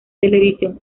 televisión